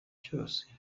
cyose